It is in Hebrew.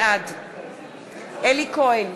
בעד אלי כהן,